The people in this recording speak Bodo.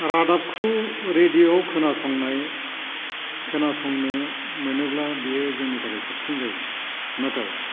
रादाबखौ रेदिय'आव खोनासंनो मोनोब्ला बेयो जोंनि थाखाय साबसिन जायो नाथाय